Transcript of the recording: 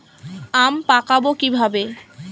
আম পাকাবো কিভাবে?